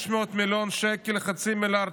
500 מיליוני שקלים, חצי מיליארד